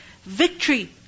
Victory